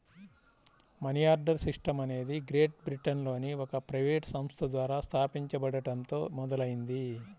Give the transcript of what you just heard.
money order system అనేది great బ్రిటన్లోని ఒక ప్రైవేట్ సంస్థ ద్వారా స్థాపించబడటంతో మొదలైంది